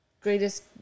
greatest